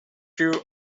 you